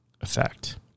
effect